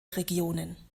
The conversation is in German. regionen